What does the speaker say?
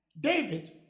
David